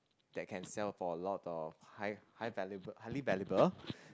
that can sell for lots of high high valuable highly valuable